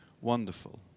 wonderful